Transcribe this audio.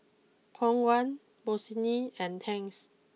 Khong Guan Bossini and Tangs